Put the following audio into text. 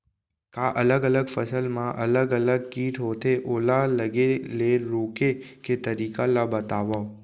का अलग अलग फसल मा अलग अलग किट होथे, ओला लगे ले रोके के तरीका ला बतावव?